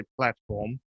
platform